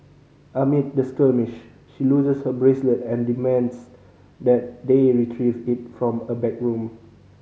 amid the skirmish she loses her bracelet and demands that they retrieve it from a backroom